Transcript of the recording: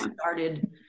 started